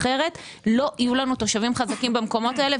אחרת לא יהיו לנו תושבים חזקים במקומות האלה.